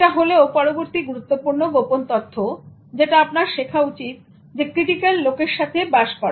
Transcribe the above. এটা হলেও পরবর্তী গুরুত্বপূর্ণ গোপন তথ্য যেটা আপনার শেখা উচিত ক্রিটিক্যাল লোকের সাথে বাস করে